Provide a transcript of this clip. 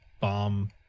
bomb